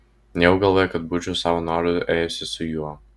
nejau galvoji kad būčiau savo noru ėjusi su juo